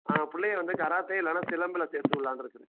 ஆ பிள்ளைய வந்து கராத்தே இல்லைனா சிலம்பில வந்து சேரத்து உடலான்னு இருக்குது